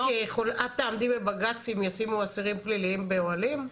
את תעמדי בבג"צ אם ישימו אסירים פליליים באוהלים?